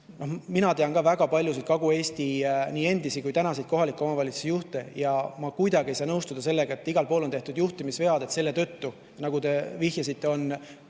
Mina tean väga paljusid Kagu-Eesti endisi ja tänaseid kohalike omavalitsuste juhte ja ma kuidagi ei saa nõustuda sellega, et igal pool on tehtud juhtimisvead, et selle tõttu, nagu te vihjasite, on